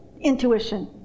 intuition